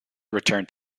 returned